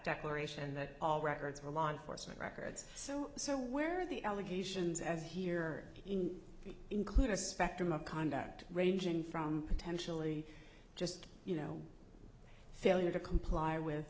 declaration that all records were law enforcement records so so where the allegations as here include a spectrum of conduct ranging from potentially just you know failure to comply with